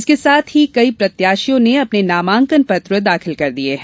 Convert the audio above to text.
उसके साथ ही कई प्रत्याशियों ने अपने नामांकन पत्र दाखिल कर दिये हैं